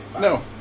No